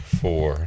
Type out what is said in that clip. four